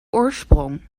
oorsprong